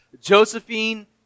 Josephine